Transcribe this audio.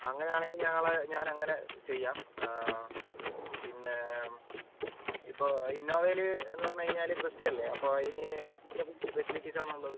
അങ്ങനെ ആണെങ്കിൽ ഞങ്ങൾ ഞാൻ അങ്ങനെ ചെയ്യാം പിന്നെ ഇപ്പോൾ ഇന്നോവയിൽ എന്ന് പറഞ്ഞ് കഴിഞ്ഞാൽ ക്രിസ്റ്റ അല്ലേ അപ്പോൾ അതിന് എന്തൊക്കെ ഫെസിലിറ്റീസ് ആണ് ഉള്ളത്